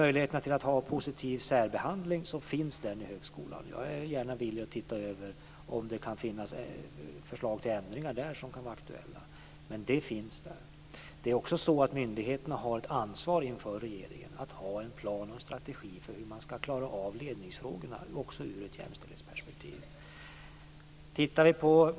Möjligheten till positiv särbehandling finns i högskolan men jag är gärna villig att göra en översyn för att se om förslag till ändringar där kan vara aktuella; detta finns alltså där. Det är också så att myndigheterna inför regeringen har ett ansvar för att ha en plan och en strategi för hur man ska klara ledningsfrågorna även i ett jämställdhetsperspektiv.